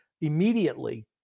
immediately